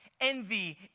Envy